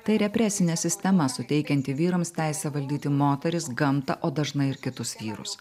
tai represinė sistema suteikianti vyrams teisę valdyti moteris gamtą o dažnai ir kitus vyrus